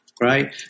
right